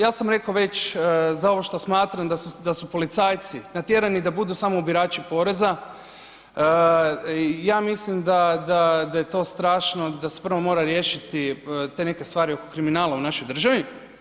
Ja sam rekao već za ovo što smatram da su policajci natjerani da budu samo ubirači poreza, ja mislim da je to strašno, da se prvo moraju riješiti te neke stvari oko kriminala u našoj državi.